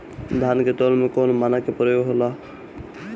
धान के तौल में कवन मानक के प्रयोग हो ला?